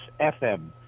FM